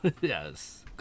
yes